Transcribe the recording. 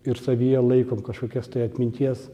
ir savyje laikom kažkokias tai atminties